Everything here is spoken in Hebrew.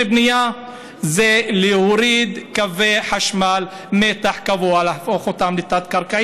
בנייה הוא להוריד קווי חשמל מתח גבוה,